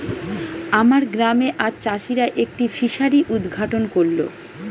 আমার গ্রামে আজ চাষিরা একটি ফিসারি উদ্ঘাটন করল